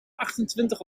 achtentwintig